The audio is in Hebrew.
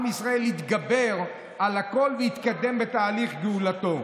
עם ישראל יתגבר על הכול ויתקדם בתהליך גאולתו.